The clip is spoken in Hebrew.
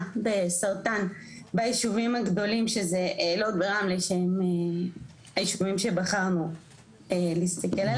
בסרטן ביישובים הגדולים שזה לוד ורמלה שהם היישובים שבחרנו להסתכל עליהם.